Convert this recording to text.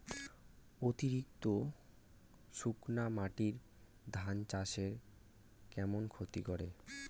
অতিরিক্ত শুকনা মাটি ধান চাষের কেমন ক্ষতি করে?